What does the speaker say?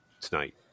tonight